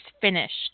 finished